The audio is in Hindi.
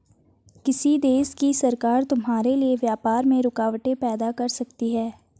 किसी देश की सरकार तुम्हारे लिए व्यापार में रुकावटें पैदा कर सकती हैं